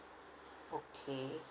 okay